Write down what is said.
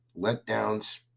letdowns